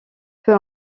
peu